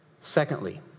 Secondly